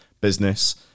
business